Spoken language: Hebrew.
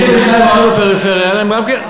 32 ערים בפריפריה, היה להן גם כן.